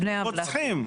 רוצחים,